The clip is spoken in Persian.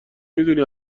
میدونی